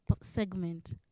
segment